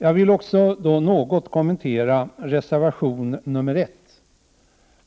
Jag vill också något kommentera reservation